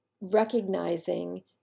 recognizing